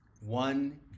One